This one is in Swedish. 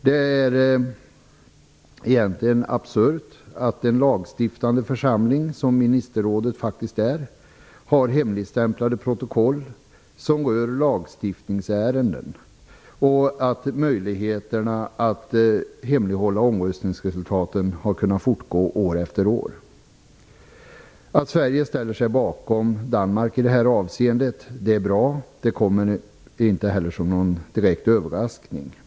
Det är egentligen absurt att en lagstiftande församling, som ministerrådet faktiskt är, har hemligstämplade protokoll som rör lagstiftningsärenden och att möjligheterna att hemlighålla omröstningsresultaten har kunnat fortgå år efter år. Att Sverige ställer sig bakom Danmark i det här avseendet är bra. Det kommer inte heller som någon direkt överraskning.